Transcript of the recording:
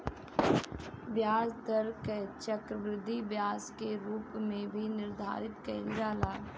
ब्याज दर के चक्रवृद्धि ब्याज के रूप में भी निर्धारित कईल जाला